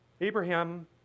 Abraham